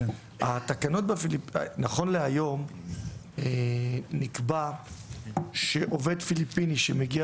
נכון להיום נקבע שעובד פיליפיני שמגיע